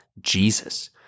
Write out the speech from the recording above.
Jesus